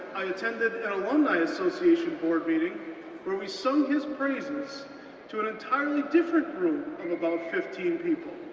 i attended an alumni association board meeting where we sung his praises to an entirely different room about fifteen people,